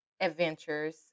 adventures